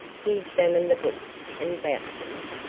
he examined the books and vouchers,